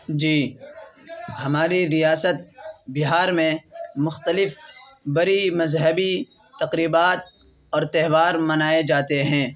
جی ہماری ریاست بہار میں مختلف بڑی مذہبی تقریبات اور تہوار بنائے جاتے ہیں